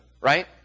right